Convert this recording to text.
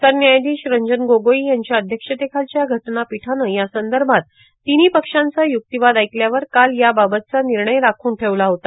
सरन्यायाधीश रंजन गोगोई यांच्या अध्यक्षतेखालच्या घटनापीठानं या संदर्भात तिन्ही पक्षांचा युक्तिवाद ऐकल्यावर काल याबाबतचा निर्णय राखून ठेवला होता